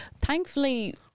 thankfully